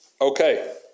okay